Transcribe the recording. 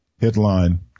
Headline